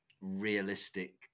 realistic